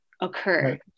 occur